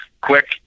quick